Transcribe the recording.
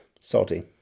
Salty